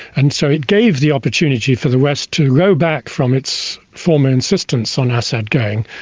and so it gave the opportunity for the west to row back from its former insistence on assad going,